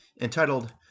entitled